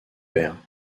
père